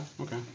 okay